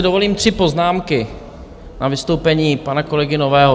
Dovolím si tři poznámky na vystoupení pana kolegy Nového.